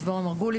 שמי דבורה מרגוליס,